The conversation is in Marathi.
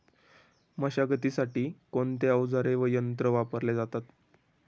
मशागतीसाठी कोणते अवजारे व यंत्र वापरले जातात?